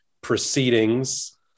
proceedings